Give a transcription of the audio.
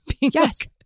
yes